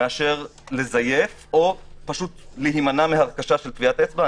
מאשר לזייף או להימנע מהרכשה של טביעת אצבע.